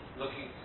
looking